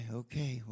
okay